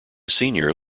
senior